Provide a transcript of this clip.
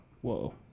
Whoa